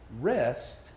rest